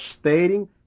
stating